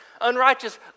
unrighteous